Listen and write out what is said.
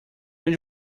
onde